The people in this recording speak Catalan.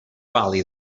vàlida